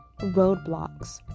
roadblocks